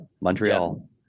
Montreal